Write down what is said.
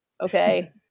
Okay